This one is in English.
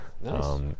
Nice